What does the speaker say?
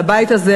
לבית הזה,